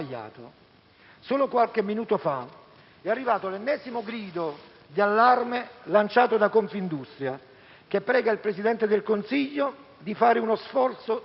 Solo qualche minuto fa è arrivato l'ennesimo grido d'allarme lanciato da Confindustria, che prega il Presidente del Consiglio di fare uno sforzo in più